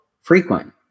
frequent